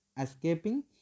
escaping